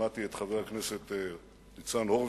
שמעתי את חבר כנסת ניצן הורוביץ.